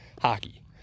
hockey